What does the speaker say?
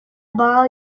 borrow